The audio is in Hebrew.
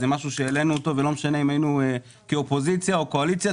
זה משהו שהעלינו אותו ולא משנה אם היינו כאופוזיציה או קואליציה,